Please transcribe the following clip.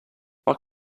what